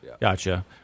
Gotcha